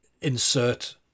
insert